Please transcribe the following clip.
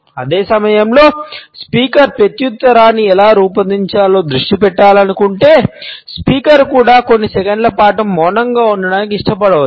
అదే సమయంలో స్పీకర్ ప్రత్యుత్తరాన్ని ఎలా రూపొందించాలో దృష్టి పెట్టాలనుకుంటే స్పీకర్ కూడా కొన్ని సెకన్ల పాటు మౌనంగా ఉండటానికి ఇష్టపడవచ్చు